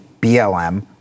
BLM